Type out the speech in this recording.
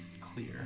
clear